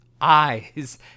eyes